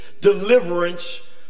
Deliverance